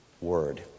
word